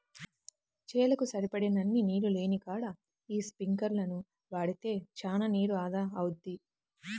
చేలకు సరిపడినన్ని నీళ్ళు లేనికాడ యీ స్పింకర్లను వాడితే చానా నీరు ఆదా అవుద్ది